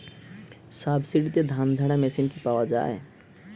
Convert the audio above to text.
সাবসিডিতে ধানঝাড়া মেশিন কি পাওয়া য়ায়?